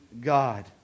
God